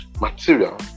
material